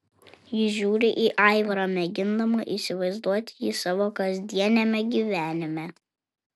ji žiūri į aivarą mėgindama įsivaizduoti jį savo kasdieniame gyvenime